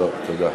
טוב, תודה.